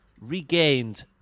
regained